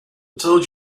told